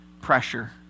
pressure